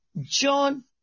John